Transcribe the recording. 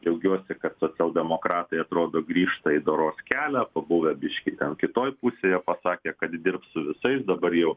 džiaugiuosi kad socialdemokratai atrodo grįžta į doros kelią pabuvę biškį kitoj pusėje pasakę kad dirbs su visais dabar jau